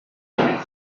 ffoniwch